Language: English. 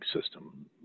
system